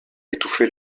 étouffé